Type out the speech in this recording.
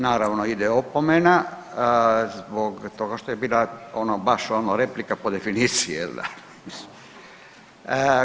Naravno ide opomena zbog toga što je bila ono baš ono replika po definiciji jel da.